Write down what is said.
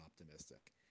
optimistic